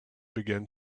began